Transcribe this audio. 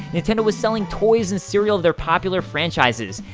nintendo was selling toys and cereal of their popular franchises.